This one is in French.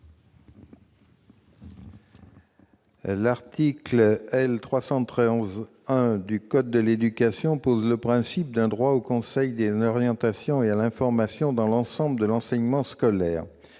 L'article L. 313-1 du code de l'éducation pose le principe d'un droit au conseil en orientation et à l'information dans l'ensemble de l'enseignement scolaire.